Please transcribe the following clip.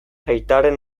aitaren